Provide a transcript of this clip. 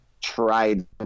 Tried